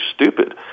stupid